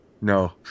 no